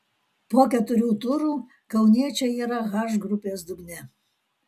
po keturių turų kauniečiai yra h grupės dugne